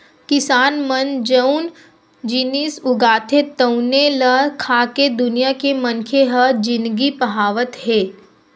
किसान मन जउन जिनिस उगाथे तउने ल खाके दुनिया के मनखे ह जिनगी पहावत हे